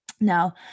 Now